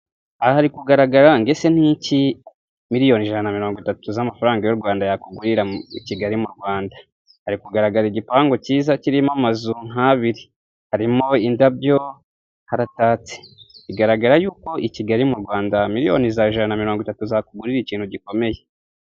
Ahari kugaragara ngo ese ni iki miliyoni ijana mirongo itatu z'amafaranga y'u Rwanda yakugurira i Kigali mu Rwanda? Hari kugaragara igipangu cyiza kirimo amazu nk'abiri harimo, indabyo haratatse bigaragara yuko i Kigali mu Rwanda miliyoni ijana na mirongo itatu zakugurira ikintu gikomeye.